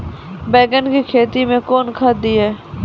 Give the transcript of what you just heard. बैंगन की खेती मैं कौन खाद दिए?